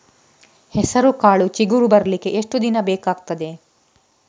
ಹೆಸರುಕಾಳು ಚಿಗುರು ಬರ್ಲಿಕ್ಕೆ ಎಷ್ಟು ದಿನ ಬೇಕಗ್ತಾದೆ?